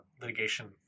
litigation